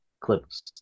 Clips